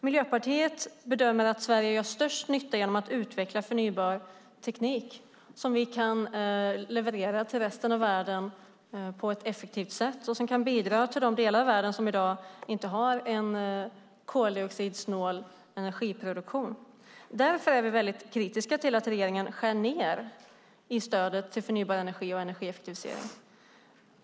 Miljöpartiet bedömer att Sverige gör störst nytta genom att utveckla förnybar teknik som vi kan leverera till resten av världen på ett effektivt sätt och som kan bidra till de delar av världen som i dag inte har någon koldioxidsnål energiproduktion. Därför är vi väldigt kritiska till att regeringen skär ned stödet till förnybar energi och energieffektivisering.